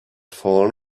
fallen